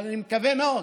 אבל אני מקווה מאוד